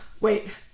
wait